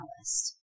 list